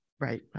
Right